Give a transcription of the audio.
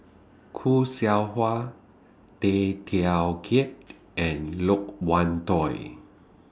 Khoo Seow Hwa Tay Teow Kiat and Loke Wan Tho